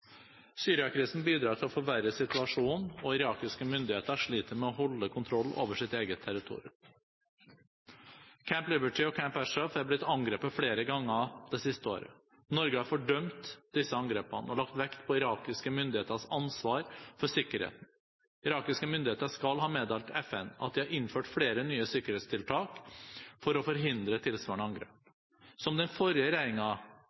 bidrar til å forverre situasjonen, og irakiske myndigheter sliter med å holde kontroll over sitt eget territorium. Camp Liberty og Camp Ashraf er blitt angrepet flere ganger det siste året. Norge har fordømt disse angrepene og lagt vekt på irakiske myndigheters ansvar for sikkerheten. Irakiske myndigheter skal ha meddelt FN at de har innført flere nye sikkerhetstiltak for å forhindre tilsvarende